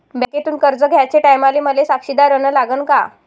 बँकेतून कर्ज घ्याचे टायमाले मले साक्षीदार अन लागन का?